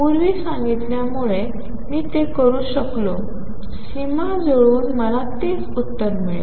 पूर्वी सांगितल्यामुळे मी ते करू शकलो सीमा जुळवून मला तेच उत्तर मिळेल